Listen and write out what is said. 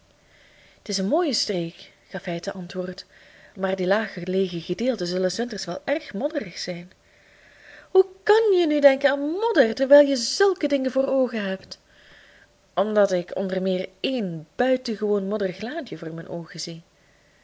t is een mooie streek gaf hij ten antwoord maar die laag gelegen gedeelten zullen s winters wel erg modderig zijn hoe kan je nu denken aan modder terwijl je zulke dingen voor oogen hebt omdat ik onder meer één buitengewoon modderig laantje voor mijn oogen zie